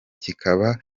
kikaba